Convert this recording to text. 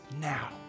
now